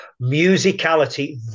musicality